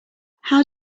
how